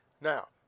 Now